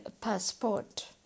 passport